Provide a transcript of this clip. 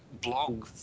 blog